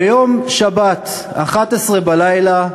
בשבת, ב-23:00,